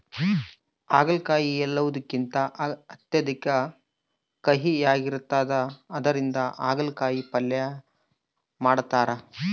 ಆಗಲಕಾಯಿ ಎಲ್ಲವುಕಿಂತ ಅತ್ಯಧಿಕ ಕಹಿಯಾಗಿರ್ತದ ಇದರಿಂದ ಅಗಲಕಾಯಿ ಪಲ್ಯ ಮಾಡತಾರ